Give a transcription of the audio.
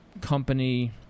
company